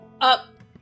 up